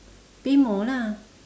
pay more lah